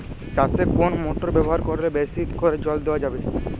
চাষে কোন মোটর ব্যবহার করলে বেশী করে জল দেওয়া যাবে?